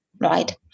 right